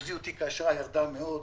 ריכוזיות תיק האשראי ירדה מאוד,